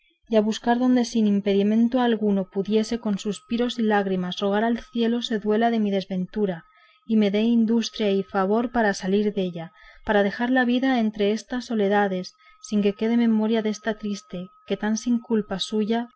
y a buscar donde sin impedimento alguno pudiese con suspiros y lágrimas rogar al cielo se duela de mi desventura y me dé industria y favor para salir della o para dejar la vida entre estas soledades sin que quede memoria desta triste que tan sin culpa suya